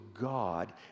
God